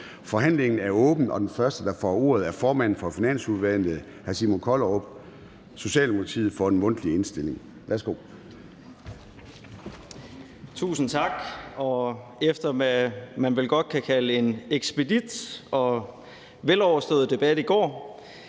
Forhandlingen er åbnet. Den første, der får ordet, er formanden for Finansudvalget, hr. Simon Kollerup, Socialdemokratiet, for en mundtlig indstilling. Værsgo. Kl. 13:03 Simon Kollerup (S): Tusind tak. Efter en, hvad man godt kan kalde ekspedit og veloverstået debat i går